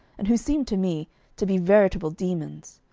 and who seemed to me to be veritable demons.